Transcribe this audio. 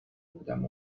خودم